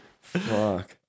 Fuck